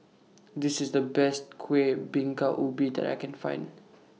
This IS The Best Kuih Bingka Ubi that I Can Find